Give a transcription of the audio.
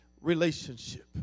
relationship